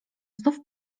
znów